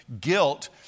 guilt